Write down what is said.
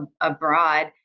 abroad